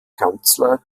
kanzler